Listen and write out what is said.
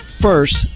First